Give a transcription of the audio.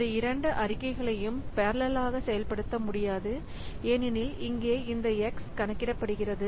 இந்த இரண்டு அறிக்கைகளையும் பெரலல் ஆக செயல்படுத்த முடியாது ஏனெனில் இங்கே இந்த x கணக்கிடப்படுகிறது